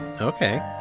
Okay